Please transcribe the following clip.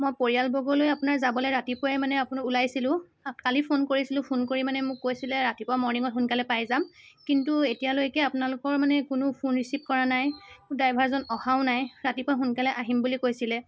মই পৰিয়ালবৰ্গ লৈ আপোনাৰ যাবলৈ ৰাতিপুৱাই মানে ওলাইছিলোঁ কালি ফোন কৰিছিলোঁ ফোন কৰি মানে মোক কৈছিলে ৰাতিপুৱা মৰ্ণিঙত সোনকালে পাই যাম কিন্তু এতিয়ালৈকে আপোনালোকৰ মানে কোনো ফোন ৰিচিভ কৰা নাই ড্ৰাইভাৰজন অহাও নাই ৰাতিপুৱা সোনকালে আহিম বুলি কৈছিলে